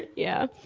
yeah.